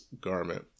garment